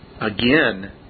Again